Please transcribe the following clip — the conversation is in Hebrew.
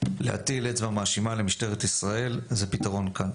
להטיל אצבע מאשימה למשטרת ישראל זה פתרון קל,